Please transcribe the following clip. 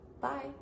Bye